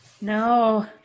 No